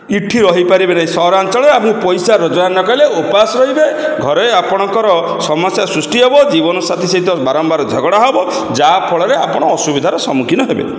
ଏଠି ରହିପାରିବେନି ସହରାଞ୍ଚଳରେ ଆପଣ ପଇସା ରୋଜଗାର ନ କଲେ ଉପାସ ରହିବେ ଘରେ ଆପଣଙ୍କର ସମସ୍ୟା ସୃଷ୍ଟି ହେବ ଜୀବନ ସାଥି ସହିତ ବାରମ୍ବାର ଝଗଡ଼ା ହେବ ଯାହା ଫଳରେ ଆପଣ ଅସୁବିଧାର ସମ୍ମୁଖୀନ ହେବେ